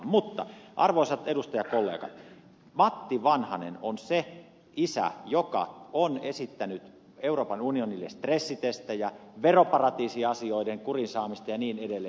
mutta arvoisat edustajakollegat matti vanhanen on se isä joka on esittänyt euroopan unionille stressitestejä veroparatiisiasioiden kuriin saamista ja niin edelleen